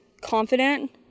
confident